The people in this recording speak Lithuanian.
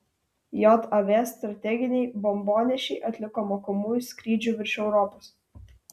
jav strateginiai bombonešiai atliko mokomųjų skrydžių virš europos